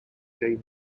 day